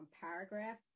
paragraph